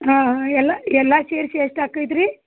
ಹಾಂ ಹಾಂ ಎಲ್ಲ ಎಲ್ಲ ಸೇರಿಸಿ ಎಷ್ಟ್ ಆಕೈತಿ ರೀ